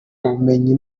ubumenyi